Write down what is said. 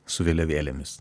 su vėliavėlėmis